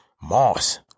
Moss